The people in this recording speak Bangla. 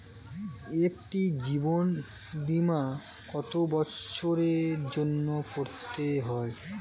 একটি জীবন বীমা কত বছরের জন্য করতে হয়?